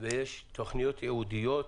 והאם יש תכניות ייעודיות.